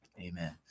Amen